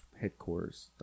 headquarters